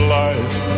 life